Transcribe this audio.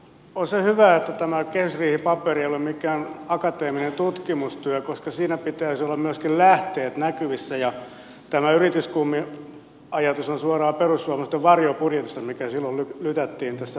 on se hyvä että tämä kehysriihipaperi ei ole mikään akateeminen tutkimustyö koska siinä pitäisi olla myöskin lähteet näkyvissä ja tämä yrityskummiajatus on suoraan perussuomalaisten varjobudjetista mikä silloin lytättiin tässä hallituksen toimesta